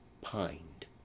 pined